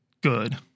good